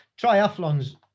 triathlons